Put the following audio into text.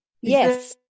Yes